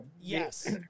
Yes